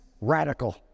radical